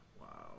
Wow